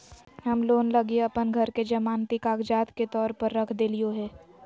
हम लोन लगी अप्पन घर के जमानती कागजात के तौर पर रख देलिओ हें